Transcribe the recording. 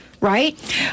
right